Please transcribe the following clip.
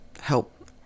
help